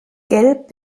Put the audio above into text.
gelb